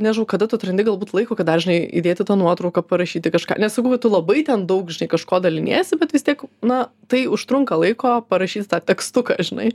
nežinau kada tu atrandi galbūt laiko kad dar žinai įdėti tą nuotrauką parašyti kažką nesakau kad tu labai ten daug žinai kažkuo daliniesi bet vis tiek na tai užtrunka laiko parašyt tą tekstuką žinai